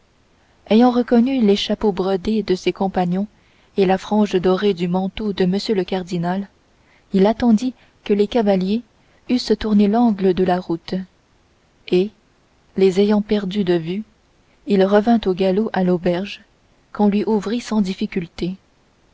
ayant reconnu les chapeaux bordés de ses compagnons et la frange dorée du manteau de m le cardinal il attendit que les cavaliers eussent tourné l'angle de la route et les ayant perdus de vue il revint au galop à l'auberge qu'on lui ouvrit sans difficulté